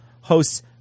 hosts